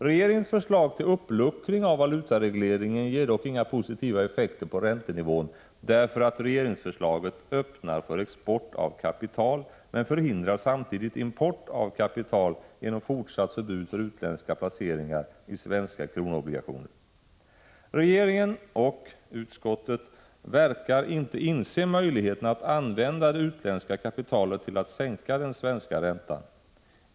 Regeringens förslag till uppluckring av valutaregleringen ger dock inga positiva effekter på räntenivån därför att regeringsförslaget öppnar för export av kapital, men förhindrar samtidigt import av kapital genom fortsatt förbud för utländska placeringar i svenska kronobligationer. Regeringen, och utskottet, verkar inte inse möjligheten att använda det utländska kapitalet till att sänka den svenska räntan.